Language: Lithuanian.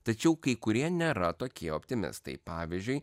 tačiau kai kurie nėra tokie optimistai pavyzdžiui